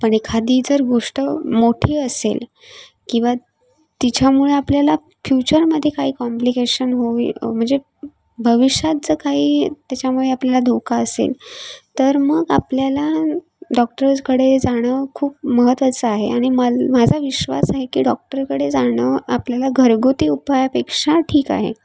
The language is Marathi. पण एखादी जर गोष्ट मोठी असेल किंवा तिच्यामुळे आपल्याला फ्यूचरमध्ये काही कॉम्प्लिकेशन होऊ इ म्हणजे भविष्यात जर काही त्याच्यामुळे आपल्याला धोका असेल तर मग आपल्याला डॉक्टरकडे जाणं खूप महत्वाचं आहे आणि मल माझा विश्वास आहे की डॉक्टरकडे जाणं आपल्याला घरगुती उपायापेक्षा ठीक आहे